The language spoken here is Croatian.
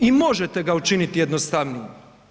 I možete ga učiniti jednostavnijim.